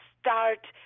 start